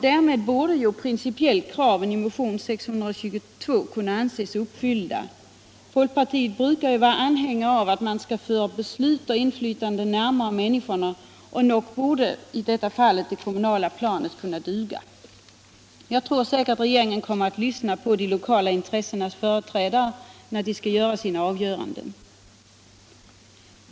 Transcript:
Därmed borde principiellt kraven i motionen 622 kunna anses uppfyllda. Folkpartiet brukar ju vara anhängare av att föra beslut och inflytande närmare de enskilda människorna, och nog borde i detta fall det kommunala planet kunna duga. Jag tror att regeringen kommer att lyssna på de lokala intressenas företrädare när den skall fälla sina avgöranden.